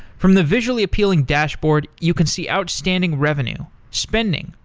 from the visually appealing dashboard, you can see outstanding revenue, spending,